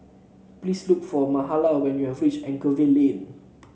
please look for Mahala when you have reach Anchorvale Lane